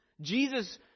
Jesus